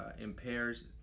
impairs